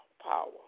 power